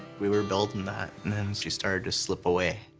we were building that, and then she started to slip away.